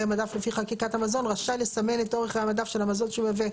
מדף לפי חקיקת המזון רשאי לסמן את אורך חיי המדף של המזון שהוא ייבא,